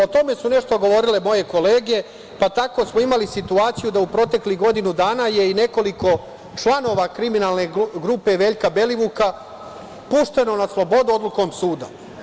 O tome su nešto govorile moje kolege, pa smo tako imali situaciju da u proteklih godinu dana je i nekoliko članova kriminalne grupe Veljka Belivuka pušteno na slobodu odlukom suda.